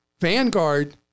Vanguard